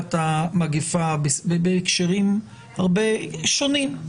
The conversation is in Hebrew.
בתחילת המגיפה, בהקשרים שונים.